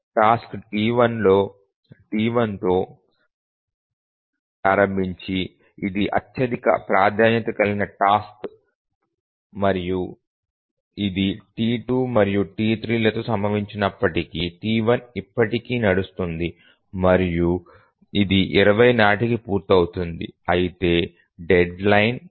task T1 తో ప్రారంభించి ఇది అత్యధిక ప్రాధాన్యత కలిగిన టాస్క్ మరియు ఇది T2 మరియు T3లతో సంభవించినప్పటికీ T1 ఇప్పటికీ నడుస్తుంది మరియు ఇది 20 నాటికి పూర్తవుతుంది అయితే డెడ్లైన్ 100